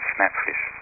Snapfish